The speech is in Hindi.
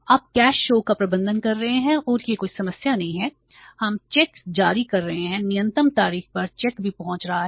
आप कैश शो का प्रबंधन कर रहे हैं और यह कोई समस्या नहीं है हम चेक जारी कर रहे हैं नियत तारीख पर चेक भी पहुंच रहा है